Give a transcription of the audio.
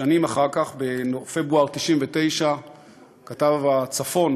שנים אחר כך, בפברואר 1999. הוא היה כתב הצפון